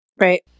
Right